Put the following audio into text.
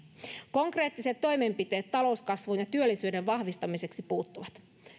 konkreettiset toimenpiteet talouskasvun ja työllisyyden vahvistamiseksi puuttuvat